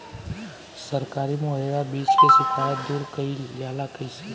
सरकारी मुहैया बीज के शिकायत दूर कईल जाला कईसे?